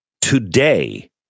today